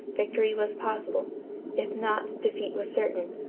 victory was possible if not, defeat was certain.